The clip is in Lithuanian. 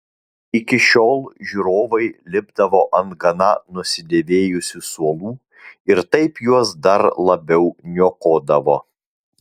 iki šiol žiūrovai lipdavo ant gana nusidėvėjusių suolų ir taip juos dar labiau niokodavo